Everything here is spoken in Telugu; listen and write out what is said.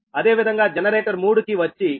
అదేవిధంగా జనరేటర్ 3 కి వచ్చి 30 MVA 13